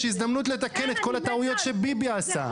יש הזדמנות לתקן את כל הטעויות שביבי עשה.